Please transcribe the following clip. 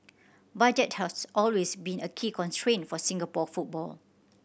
budget has always been a key constraint for Singapore football